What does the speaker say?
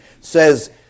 says